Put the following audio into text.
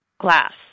glass